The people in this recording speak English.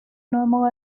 normal